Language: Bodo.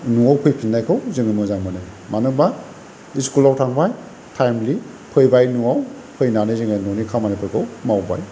न'आव फैफिननायखौ जोङो मोजां मोनो मानो होम्बा इसकुलाव थांबाय टाइमलि फैबाय न'आव फैनानै जोङो न'नि खामानिफोरखौ मावबाय